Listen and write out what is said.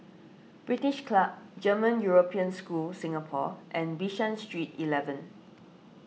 British Club German European School Singapore and Bishan Street eleven